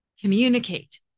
Communicate